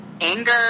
anger